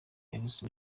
aherutse